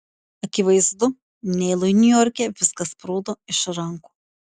akivaizdu neilui niujorke viskas sprūdo iš rankų